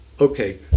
okay